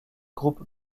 groupe